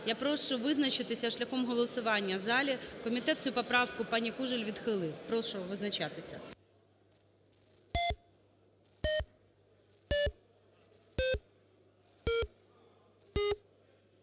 Я прошу визначитися шляхом голосування в залі. Комітет цю поправку пані Кужель відхилив. Прошу визначатися.